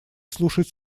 слушать